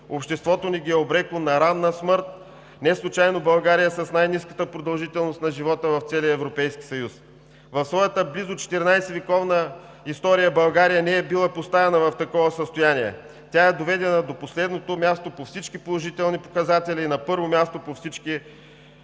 Обществото ни ги е обрекло на ранна смърт. Неслучайно България е с най-ниската продължителност на живота в целия Европейски съюз. В своята близо 14-вековна история България не е била поставяна в такова състояние. Тя е доведена до последното място по всички положителни показатели и на първо място по всички